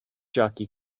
jockey